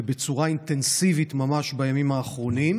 ובצורה אינטנסיבית ממש בימים האחרונים.